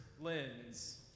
lens